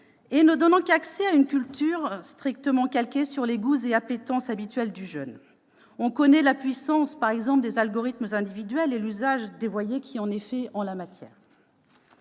qui ne donnerait accès qu'à une culture strictement calquée sur les goûts et appétences habituels du jeune ; on connaît la puissance des algorithmes individuels et l'usage dévoyé qui en est fait en la matière.